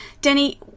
Denny